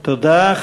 תודה.